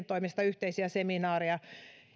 toimista yhteisiä seminaareja